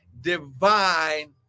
divine